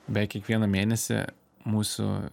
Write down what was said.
bet kiekvieną mėnesį mūsų